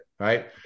right